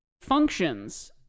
functions